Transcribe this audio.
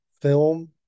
film